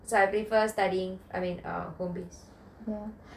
so I prefer studying I mean err home base